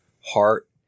heart